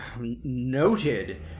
noted